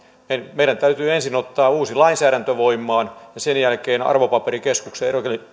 meidän täytyy ensin ottaa uusi lainsäädäntö voimaan ja sen jälkeen arvopaperikeskus